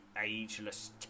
ageless